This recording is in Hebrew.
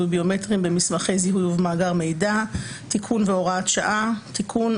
ביומטריים במסמכי זיהוי ובמאגר מידע (תיקון והוראת שעה) (תיקון),